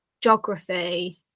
geography